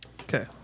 Okay